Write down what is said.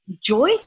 joy